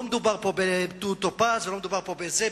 לא מדובר פה בדודו טופז ולא מדובר פה באבוטבול.